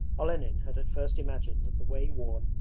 olenin had at first imagined that the way-worn,